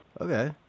Okay